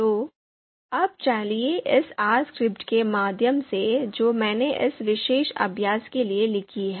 तो अब चलिए इस R स्क्रिप्ट के माध्यम से जो मैंने इस विशेष अभ्यास के लिए लिखी है